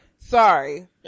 Sorry